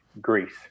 Greece